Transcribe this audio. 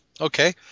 Okay